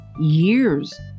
years